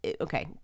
Okay